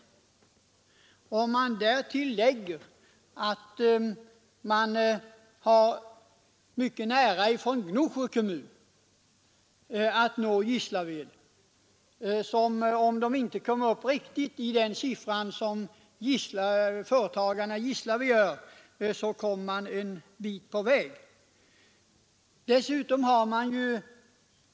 Därtill kan väl läggas att det är mycket lätt att från Gnosjö kommun nå Gislaved. Även om företagarna i Gnosjö inte riktigt kommer upp i samma siffror som företagarna i Gislaved gör, kommer de i alla fall en bit på väg.